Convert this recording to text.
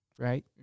Right